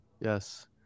Yes